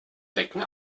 becken